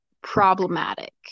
problematic